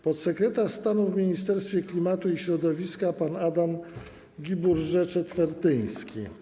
Podsekretarz stanu w Ministerstwie Klimatu i Środowiska pan Adam Guibourgé-Czetwertyński.